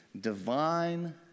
divine